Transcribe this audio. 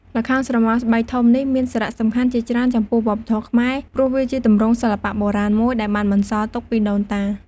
ល្ខោនស្រមោលស្បែកធំនេះមានសារៈសំខាន់ជាច្រើនចំពោះវប្បធម៌ខ្មែរ ព្រោះវាជាទម្រង់សិល្បៈបុរាណមួយដែលបានបន្សល់ទុកពីដូនតា។